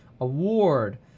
award